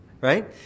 right